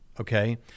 Okay